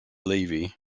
levy